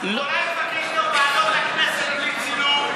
אז אולי תבקש גם בוועדות הכנסת בלי צילום?